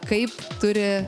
kaip turi